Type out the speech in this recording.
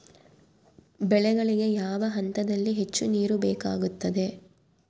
ಬೆಳೆಗಳಿಗೆ ಯಾವ ಹಂತದಲ್ಲಿ ಹೆಚ್ಚು ನೇರು ಬೇಕಾಗುತ್ತದೆ?